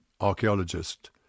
archaeologist